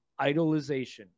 idolization